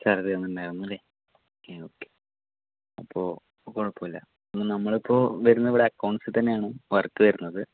salary തന്നിട്ടുണ്ടായിരുന്നു അല്ലെ okay okay അപ്പോൾ അപ്പോൾ കുഴപ്പമില്ല നമ്മളിപ്പോൾ വരുന്നത് ഇവിടെ അക്കൗണ്ട്സിൽ തന്നെയാണ് വർക്ക് വരുന്നത്